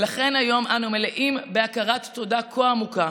לכן היום אנו מלאים בהכרת תודה כה עמוקה.